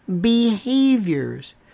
behaviors